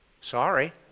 Sorry